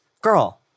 girl